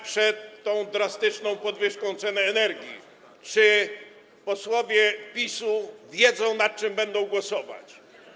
przed tą drastyczną podwyżką ceny energii: Czy posłowie PiS-u wiedzą, nad czym będą głosować?